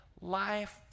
life